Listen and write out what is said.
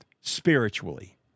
spiritually